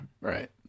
right